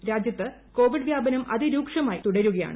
എന്നാൽ രാജ്യത്ത് പൂക്കോവിഡ് വ്യാപനം അതിരൂക്ഷമായി തുടരുകയാണ്